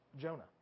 Jonah